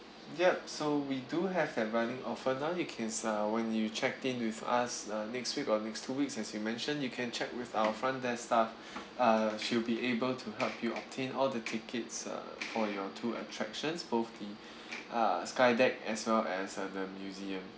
yup so we do have an running offer now you can uh when you check in with us uh next week or next two weeks as you mentioned you can check with our front desk staff uh she'll be able to help you obtain all the tickets uh for your tour attractions both the uh sky deck as well as uh the museum